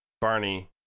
Barney